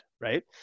right